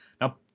Now